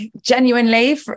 genuinely